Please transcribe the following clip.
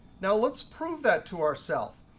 now let's prove that to ourself.